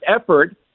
effort